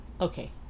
okay